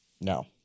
No